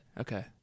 Okay